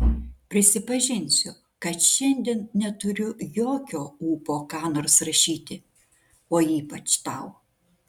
prisipažinsiu kad šiandien neturiu jokio ūpo ką nors rašyti o ypač tau